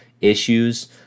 issues